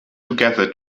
together